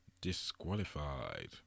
disqualified